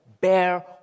bear